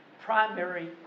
primary